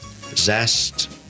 zest